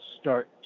start